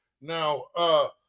Now